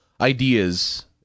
ideas